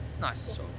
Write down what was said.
nice